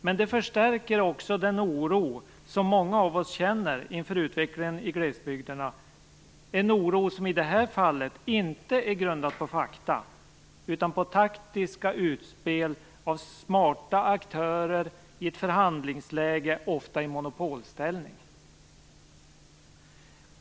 Men det förstärker också den oro som många av oss känner inför utvecklingen i glesbygderna, en oro som i det här fallet inte är grundad på fakta, utan på taktiska utspel av smarta aktörer i ett förhandlingsläge, ofta i monopolställning.